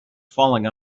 falling